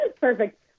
Perfect